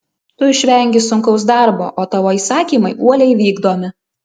tu išvengi sunkaus darbo o tavo įsakymai uoliai vykdomi